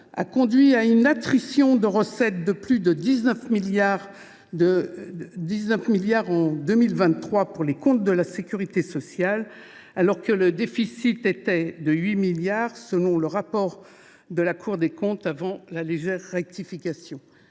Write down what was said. a conduit à une attrition de recettes de plus de 19 milliards d’euros en 2023 pour les comptes de la sécurité sociale alors que le déficit était de 8 milliards d’euros, selon le rapport de la Cour des comptes avant la légère rectification.